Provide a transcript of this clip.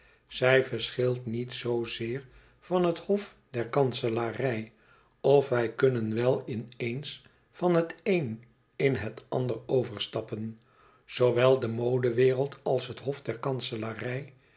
zij verschilt niet zoo zeer van het hof der kanselarij of wij kunnen wel in eens van het een in het ander overstappen zoowel de modewereld als het hof der kanselarij